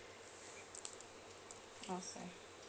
awesome